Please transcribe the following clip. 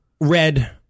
Red